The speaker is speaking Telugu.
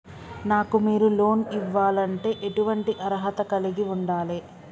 నాకు మీరు లోన్ ఇవ్వాలంటే ఎటువంటి అర్హత కలిగి వుండాలే?